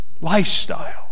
lifestyle